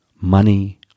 Money